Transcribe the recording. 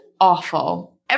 awful